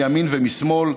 מימין ומשמאל,